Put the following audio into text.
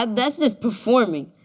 ah that's just performing.